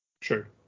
Sure